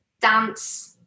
dance